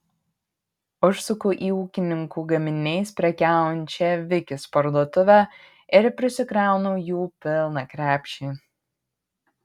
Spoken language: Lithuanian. užsuku į ūkininkų gaminiais prekiaujančią vikis parduotuvę ir prisikraunu jų pilną krepšį